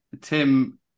Tim